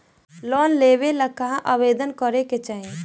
Loan लेवे ला कहाँ आवेदन करे के चाही?